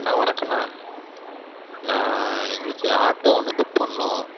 அண்ணா வணக்கண்ணா நான் எங்களுக்கு ஆட்டோ ஒன்று புக் பண்ணணும்